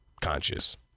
conscious